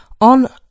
on